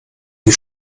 die